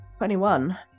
21